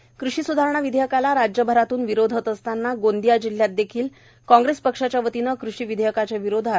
विदर्भ धरणे कृषी स्धारणा विधेयकाला राज्यभाऱ्यातून विरोध होत असताना गोंदिया जिल्यात देखील आज कॉग्रेस पक्षाच्या वतीने कषी विधयकाच्या विरोधात